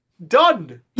done